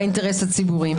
באינטרס הציבורי.